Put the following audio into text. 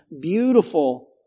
beautiful